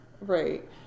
right